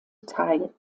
teil